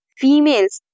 females